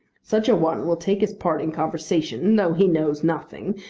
such a one will take his part in conversation though he knows nothing,